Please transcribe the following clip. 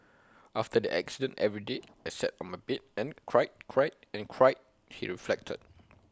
after the accident every day I sat on my bed and cried cried and cried he reflected